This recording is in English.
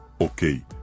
Ok